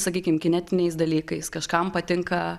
sakykim kinetiniais dalykais kažkam patinka